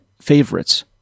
favorites